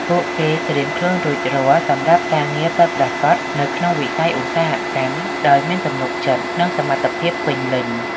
ពួកគេត្រៀមខ្លួនរួចរាល់សម្រាប់ការងារពិតប្រាកដ នៅក្នុងវិស័យឧស្សាហកម្ម ដោយមានទំនុកចិត្ត និងសមត្ថភាពពេញលេញ។